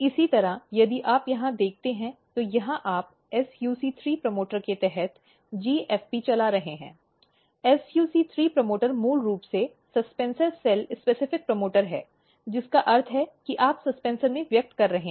इसी तरह यदि आप यहां देखते हैं तो यहां आप SUC3 प्रमोटर के तहत GFP चला रहे हैं SUC3 प्रमोटर मूल रूप से सस्पेंसर सेल विशिष्ट प्रमोटर है जिसका अर्थ है कि आप सस्पेंसर में व्यक्त कर रहे हैं